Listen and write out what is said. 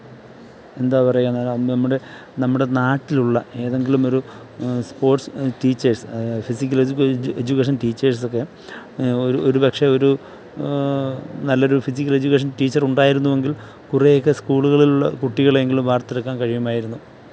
എന്താ പറയുക നമ്മുടെ നമ്മുടെ നാട്ടിലുള്ള ഏതെങ്കിലും ഒരു sports teachers physical edu education ടീച്ചേഴ്സൊക്കെ ഒരു ഒരു പക്ഷേ ഒരു നല്ലൊരു ഫിസിക്കൽ എജുക്കേഷൻ ടീച്ചർ ഉണ്ടായിരുന്നുവെങ്കിൽ കുറെയൊക്കെ സ്കൂളുകളിലുള്ള കുട്ടികളെ എങ്കിലും വാർത്തെടുക്കാൻ കഴിയുമായിരുന്നു